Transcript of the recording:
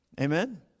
Amen